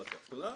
והתחתונה,